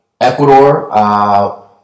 Ecuador